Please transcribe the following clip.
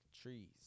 trees